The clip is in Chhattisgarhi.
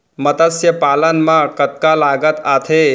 मतस्य पालन मा कतका लागत आथे?